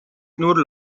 nur